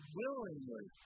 willingly